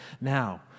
now